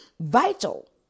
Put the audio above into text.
vital